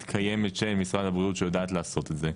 קיימת קל משרד הבריאות שיודעת לעשות את זה,